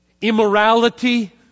immorality